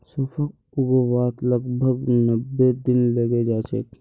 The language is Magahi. सौंफक उगवात लगभग नब्बे दिन लगे जाच्छे